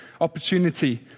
opportunity